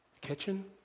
Kitchen